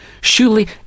Surely